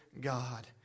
God